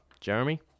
Jeremy